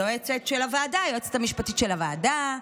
היועצת המשפטית של הוועדה,